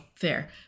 fair